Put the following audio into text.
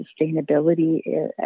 sustainability